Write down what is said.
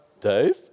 Dave